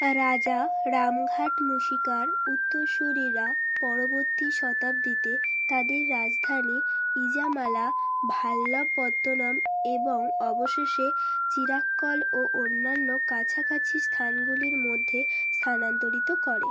রাজা রামঘাট মুশিকার উত্তরসূরীরা পরবর্তী শতাব্দীতে তাদের রাজধানী ইজামালা ভাল্লাপত্তনম এবং অবশেষে চিরাক্কল ও অন্যান্য কাছাকাছি স্থানগুলির মধ্যে স্থানান্তরিত করে